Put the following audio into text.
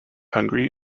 hungry